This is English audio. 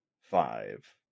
five